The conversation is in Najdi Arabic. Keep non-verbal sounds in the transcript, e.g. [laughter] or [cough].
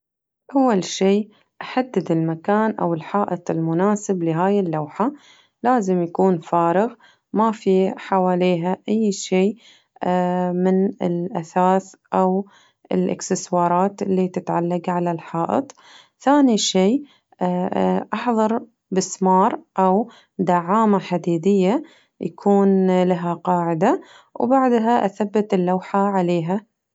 أول شي أحدد المكان أو الحائط المناسب لهاي اللوحة لازم يكون فارغ ما في حواليها أي شي [hesitation] من الأثاث أو الإكسسوارات اللي تتعلق على الحائط [hesitation] ثاني شي أحضر بسمار أو دعامة حديدية يكون لها قاعدة يكون لها قاعدة وبعدها أثبت اللوحة عليها.